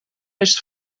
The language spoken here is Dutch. gemaakt